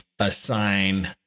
assign